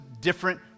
different